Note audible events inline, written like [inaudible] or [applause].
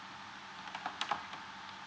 [noise]